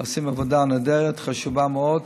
עושים עבודה נהדרת, חשובה מאוד.